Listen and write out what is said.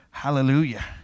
Hallelujah